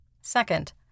Second